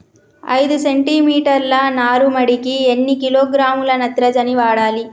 ఐదు సెంటిమీటర్ల నారుమడికి ఎన్ని కిలోగ్రాముల నత్రజని వాడాలి?